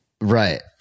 Right